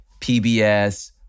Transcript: PBS